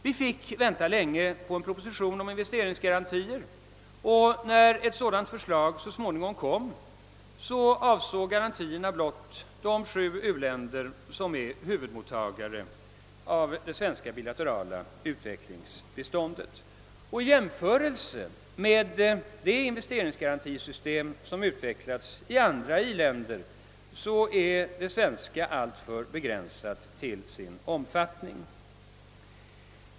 Vi fick vänta länge på en proposition om investeringsgarantier, och när ett sådant förslag så småningom kom avsåg garantierna blott de sju u-länder som är huvudmottagare av det svenska bilaterala utvecklingsbiståndet. I jämförelse med det investeringsgarantisystem som utvecklats i andra i-länder är det svenska därför begränsat till sin omfattning.